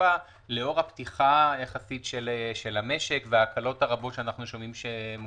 התעופה לאור הפתיחה של המשק וההקלות הרבות שאנחנו שומעים שמאושרות?